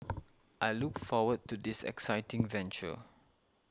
I look forward to this exciting venture